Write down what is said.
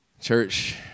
Church